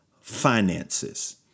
finances